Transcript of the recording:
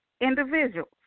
individuals